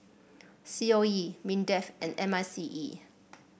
C O E Mindefand M I C E